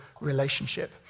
relationship